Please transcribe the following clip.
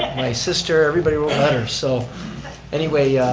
my sister, everybody wrote letters. so anyway,